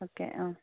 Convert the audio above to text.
okay